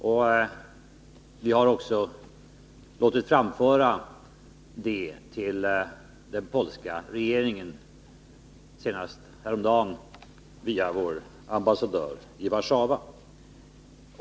Detta har vi också låtit framföra till den polska regeringen, senast häromdagen via vår ambassadör i Warszawa.